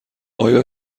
آیا